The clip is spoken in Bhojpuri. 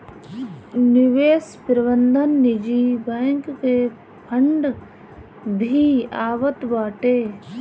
निवेश प्रबंधन निजी बैंक के फंड भी आवत बाटे